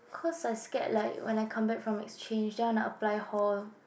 cause I scared like when I come back from exchange then I wanna apply hall